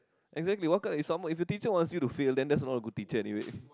exactly what kind if someone your teacher wants you to fail that's not a good teacher anyway